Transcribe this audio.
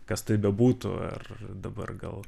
kas tai bebūtų ar dabar gal